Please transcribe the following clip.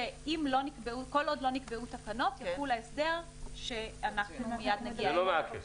שכל עוד לא נקבעו תקנות יחול ההסדר שאנחנו מיד נגיע אליו.